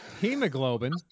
Hemoglobin